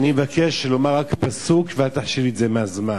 אני אבקש לומר רק פסוק, ואל תחשיב לי את זה בזמן.